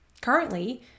Currently